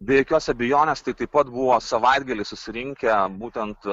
be jokios abejonės tai taip pat buvo savaitgalį susirinkę būtent